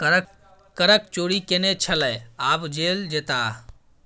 करक चोरि केने छलय आब जेल जेताह